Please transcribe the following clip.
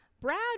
brad